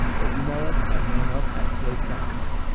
or yeah e-mail us at man up at slate dot com